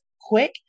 quick